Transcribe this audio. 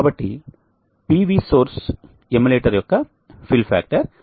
కాబట్టి ఈ PV source emulator యొక్క ఫిల్ ఫ్యాక్టర్ 0